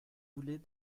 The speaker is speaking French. voulait